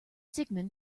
sigmund